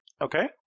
Okay